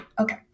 Okay